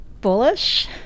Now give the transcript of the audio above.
Bullish